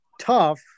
tough